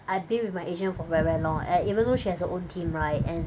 I've been with my agent for very very long and even though she has her own team right and